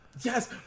yes